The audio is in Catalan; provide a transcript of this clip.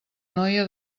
noia